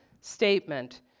statement